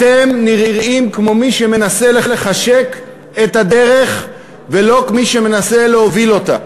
אתם נראים כמו מי שמנסה לחשק את הדרך ולא כמי שמנסה להוביל אותה.